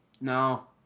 No